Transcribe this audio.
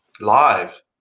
Live